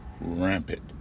rampant